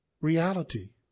reality